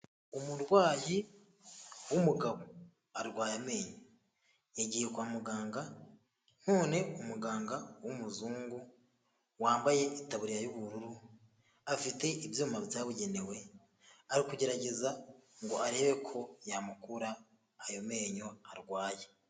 Umurwayi w'umugabo arwaye amenyo. Yagiye kwa muganga none umuganga w'umuzungu wambaye itaburiya y'ubururu, afite ibyuma byabugenewe, ari kugerageza ngo arebe ko yamukura ayo menyo arwaye.